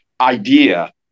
idea